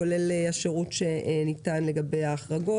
כולל השירות שניתן לגבי ההחרגות.